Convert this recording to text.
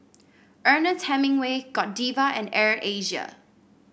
Ernest Hemingway Godiva and Air Asia